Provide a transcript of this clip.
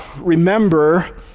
remember